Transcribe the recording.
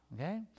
Okay